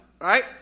right